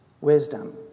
wisdom